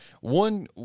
One